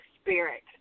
spirit